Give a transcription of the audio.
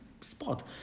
spot